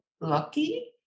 lucky